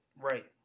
Right